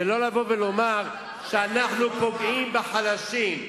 ולא לבוא ולומר שאנחנו פוגעים בחלשים.